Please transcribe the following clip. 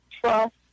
trust